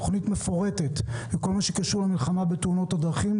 תוכנית מפורטת בכל מה שקשור למלחמה בתאונות הדרכים,